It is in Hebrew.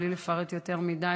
בלי לפרט יותר מדי,